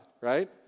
Right